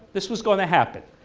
this was going to happen,